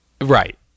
Right